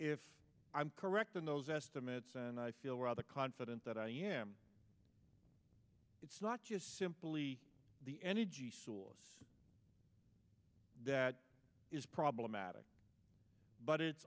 if i'm correct in those estimates and i feel rather confident that i am it's not just simply the energy source that is problematic but it's